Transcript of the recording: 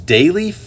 Daily